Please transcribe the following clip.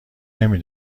نمی